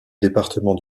département